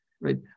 right